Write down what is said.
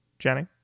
Jenny